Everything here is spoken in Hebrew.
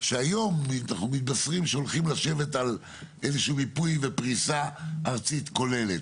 שהיום אנחנו מתבשרים שהולכים לשבת על איזשהו מיפוי ופריסה ארצית כוללת,